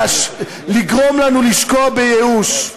לגרום לנו לשקוע בייאוש.